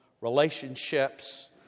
relationships